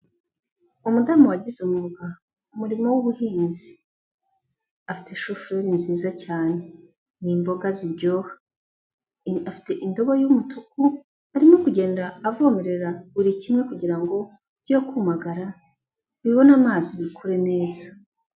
Umudamu wagize umwuga umurimo w'ubuhinzi, afite shufureri nziza cyane, ni imboga ziryoha, afite indobo y'umutuku arimo kugenda avomerera buri kimwe kugira ngo byere kumagara bibone amazi bikure neza.